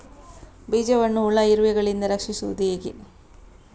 ಬೀಜವನ್ನು ಹುಳ, ಇರುವೆಗಳಿಂದ ರಕ್ಷಿಸುವುದು ಹೇಗೆ?